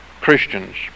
Christians